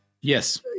Yes